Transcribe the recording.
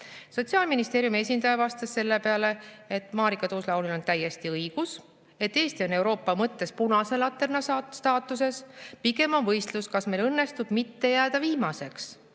Sotsiaalministeeriumi esindaja vastas selle peale, et Marika Tuus-Laulil on täiesti õigus, et Eesti on Euroopa mõttes punase laterna staatuses. Pigem on võistlus, kas meil õnnestub mitte jääda viimaseks.